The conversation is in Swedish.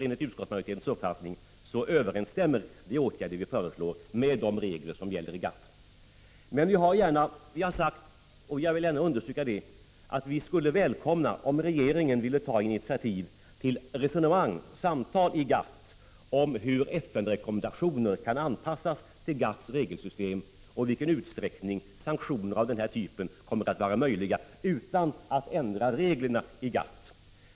Enligt utskottsmajoritetens uppfattning överensstämmer de åtgärder vi föreslår med de regler som finns inom GATT. Vi har sagt — och jag vill gärna understryka det — att vi skulle välkomna om regeringen ville ta initiativ till ett samtal inom GATT om hur FN-rekommendationer kan anpassas till GATT:s regelsystem och i vilken utsträckning sanktioner kommer att vara möjliga utan att man ändrar reglerna inom GATT.